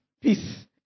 peace